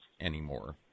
anymore